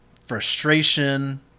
frustration